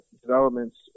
developments